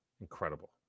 Incredible